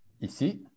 ici